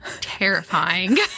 terrifying